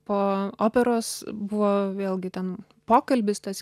po operos buvo vėlgi ten pokalbis tas